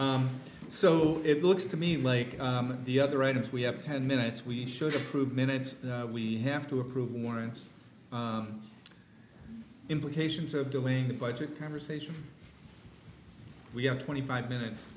them so it looks to me like the other items we have ten minutes we should approve minutes we have to approve the warrants implications of doing the budget conversation we have twenty five minutes